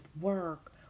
work